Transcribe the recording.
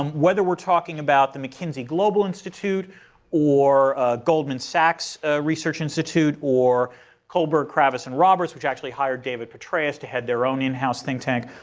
um whether we're talking about the mckinsey global institute or goldman sachs research institute or kohlberg kravis and roberts, which actually hired david petraeus to head their own in-house think tank,